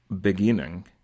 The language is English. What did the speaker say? beginning